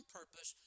purpose